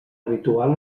habitual